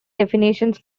definitions